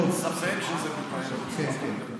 אין ספק שזה מתנהל בצורה קפדנית.